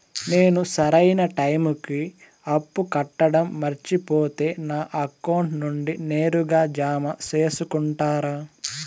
నేను సరైన టైముకి అప్పు కట్టడం మర్చిపోతే నా అకౌంట్ నుండి నేరుగా జామ సేసుకుంటారా?